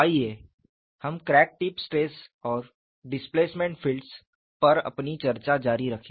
आइए हम crack tip stress और डिस्पैसमेंट फ़ील्ड्स पर अपनी चर्चा जारी रखें